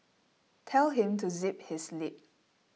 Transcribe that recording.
tell him to zip his lip